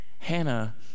Hannah